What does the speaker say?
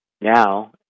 now